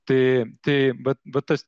tai tai vat vat tas